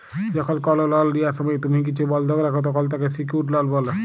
যখল কল লল লিয়ার সময় তুম্হি কিছু বল্ধক রাখ, তখল তাকে সিকিউরড লল ব্যলে